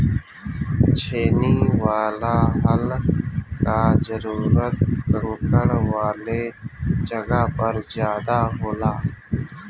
छेनी वाला हल कअ जरूरत कंकड़ वाले जगह पर ज्यादा होला